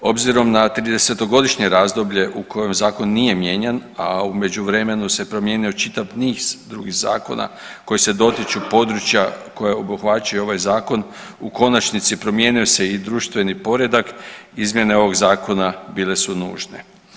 Obzirom na tridesetogodišnje razdoblje u kojem zakon nije mijenjan, a u međuvremenu se promijenio čitav niz drugih zakona koji se dotiču područja koja obuhvaća i ovaj zakon u konačnici promijenio se i društveni poredak, izmjene ovog zakona bile su nužne.